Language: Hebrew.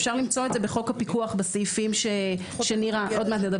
אפשר למצוא בחוק הפיקוח בסעיפים שנדבר עליהם עוד מעט,